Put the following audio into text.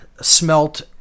smelt